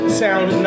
sound